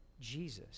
Jesus